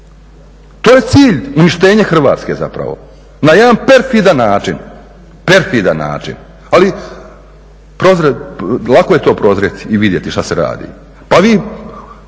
To je cilj, uništenje Hrvatske zapravo na jedan perfidan način. Ali lako je to prozrijeti i vidjeti što se radi. Pa vi